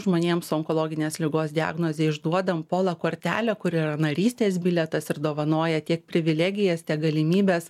žmonėms su onkologinės ligos diagnoze išduodam pola kortelę kuri yra narystės bilietas ir dovanoja tiek privilegijas tiek galimybes